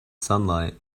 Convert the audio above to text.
sunlight